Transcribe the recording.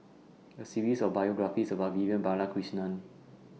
A series of biographies about Vivian Balakrishnan